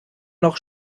noch